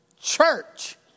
Church